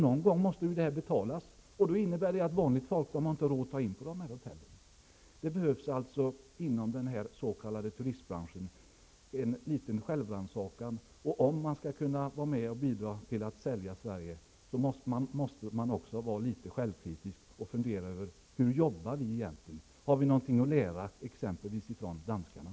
Någon gång måste det betalas. Det innebär att vanligt folk inte har råd att ta in på de hotellen. Det behövs alltså självrannsakan inom den s.k. turistbranschen. Om man skall kunna bidra till att sälja Sverige måste man också vara litet självkritisk och fundera över hur man jobbar. Har vi någonting att lära från exempelvis danskarna?